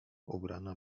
ubrana